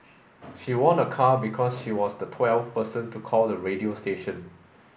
she won a car because she was the twelfth person to call the radio station